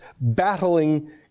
battling